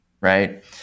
Right